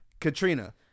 katrina